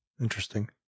interesting